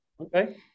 okay